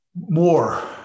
more